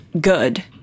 good